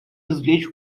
извлечь